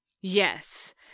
yes